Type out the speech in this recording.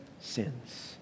sins